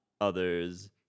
others